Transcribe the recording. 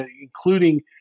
including